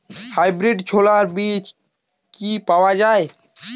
Hybrid ছোলার বীজ কি পাওয়া য়ায়?